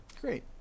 Great